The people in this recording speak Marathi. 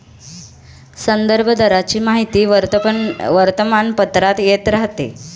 संदर्भ दराची माहिती वर्तमानपत्रात येत राहते